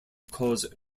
cause